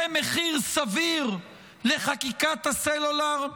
זה מחיר סביר לחקיקת הסלולר?